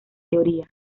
teoría